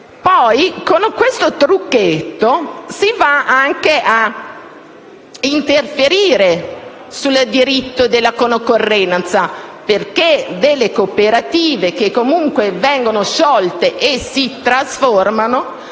Con questo trucchetto si va anche ad interferire sul diritto alla concorrenza, perché le cooperative che vengono sciolte e si trasformano